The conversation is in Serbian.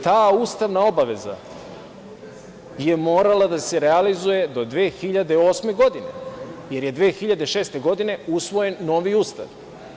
Ta ustavna obaveza je morala da se realizuje do 2008. godine, jer je 2006. godine usvojen novi Ustav.